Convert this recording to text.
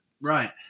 Right